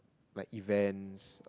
like events